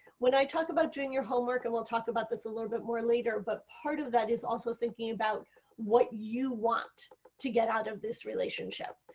when i talk about doing your homework, and we will talk about this a little bit more later, but part of that is also thinking about what you want to get out of this relationship.